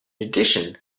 addition